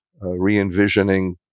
re-envisioning